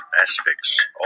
aspects